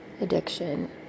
addiction